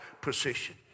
position